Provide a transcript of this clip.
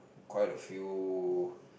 quite a few